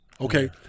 okay